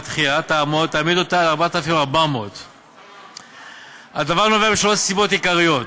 הדחייה תעמיד אותה על 4,400. הדבר נובע משלוש סיבות עיקריות.